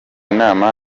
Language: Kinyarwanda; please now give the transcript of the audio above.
inama